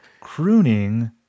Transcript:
crooning